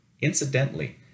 Incidentally